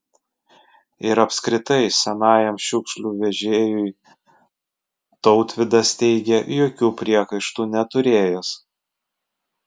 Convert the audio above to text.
ir apskritai senajam šiukšlių vežėjui tautvydas teigė jokių priekaištų neturėjęs